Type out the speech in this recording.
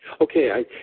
Okay